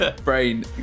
Brain